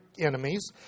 enemies